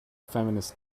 feminist